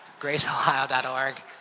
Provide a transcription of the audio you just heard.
graceohio.org